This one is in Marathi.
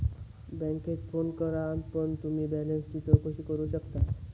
बॅन्केत फोन करान पण तुम्ही बॅलेंसची चौकशी करू शकतास